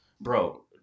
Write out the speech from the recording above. bro